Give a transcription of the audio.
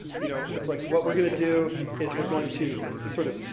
you know, it's like, what we're going to do is we're going to sort of